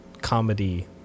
comedy